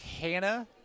Hannah